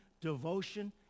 devotion